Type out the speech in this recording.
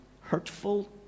hurtful